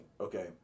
Okay